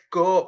go